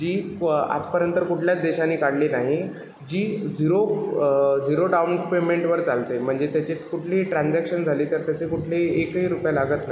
जी क्व आजपर्यंत कुठल्याच देशाने काढली नाही जी झिरो झिरो डाऊन पेमेंटवर चालते म्हणजे त्याच्यात कुठलीही ट्रांजॅक्शन झाली तर त्याचे कुठलेही एकही रुपया लागत नाही